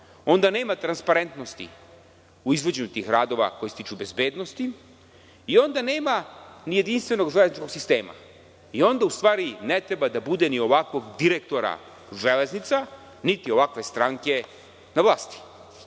Onda nema transparentnosti u izvođenju radova koji se tiču bezbednosti i onda nema ni jedinstvenog železničkog sistema. Onda u stvari ne treba da bude ni ovakvog direktora Železnica, niti ovakve stranke na vlasti.